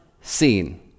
seen